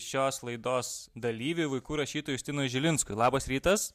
šios laidos dalyviui vaikų rašytojui justinui žilinskui labas rytas